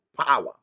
power